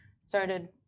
started